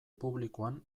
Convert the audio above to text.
publikoan